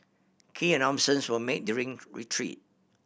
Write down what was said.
key announcements were made during retreat